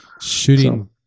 shooting